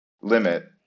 limit